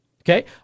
Okay